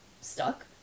stuck